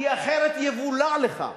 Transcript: כי אחרת יבולע לך.